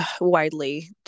widely